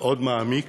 מאוד מעמיק.